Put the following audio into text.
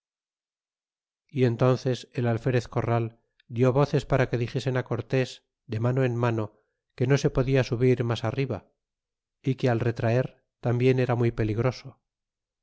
y entonces el alferez corral dió voces para que dixesen á cortés de mano en mano que no se podia subir mas arriba é que al retraer tambien era muy peligroso